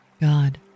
God